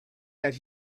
that